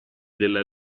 della